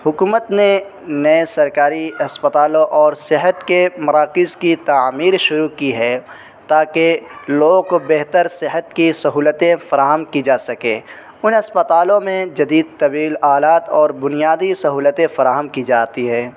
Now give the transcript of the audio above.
حکومت نے نئے سرکاری اسپتالوں اور صحت کے مراکز کی تعمیر شروع کی ہے تاکہ لوگوں کو بہتر صحت کی سہولتیں فراہم کی جا سکیں ان اسپتالوں میں جدید طویل آلات اور بنیادی سہولتیں فراہم کی جاتی ہے